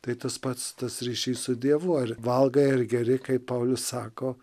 tai tas pats tas ryšys su dievu ar valgai ar geri kaip paulius sako